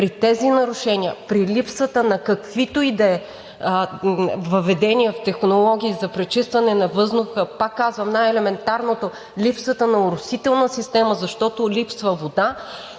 при тези нарушения, при липсата на каквито и да е въведения в технологии за пречистване на въздуха, пак казвам, най-елементарното – липсата на оросителна система, защото липсва вода,